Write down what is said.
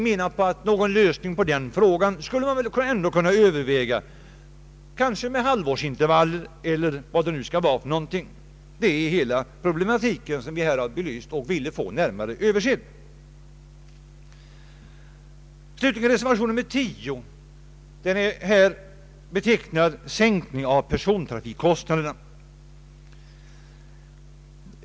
Vi anser att man borde kunna överväga någon lösning på detta problem, exempelvis införande av halvårsintervaller. Det är hela den problematiken som vi har belyst och vill få närmare översedd. Slutligen vill jag beröra reservation 10, som rör sänkning av persontrafikkostnaderna.